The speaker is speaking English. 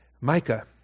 Micah